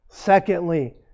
Secondly